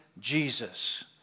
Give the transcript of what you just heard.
Jesus